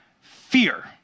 fear